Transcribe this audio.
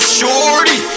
shorty